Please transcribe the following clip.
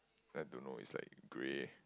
then I don't know it's like grey